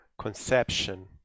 conception